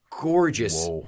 gorgeous